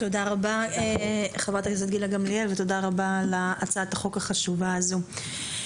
תודה רבה חברת הכנסת גילה גמליאל ותודה רבה להצעת החוק החשובה הזו.